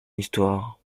histoire